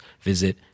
visit